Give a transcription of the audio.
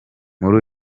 muri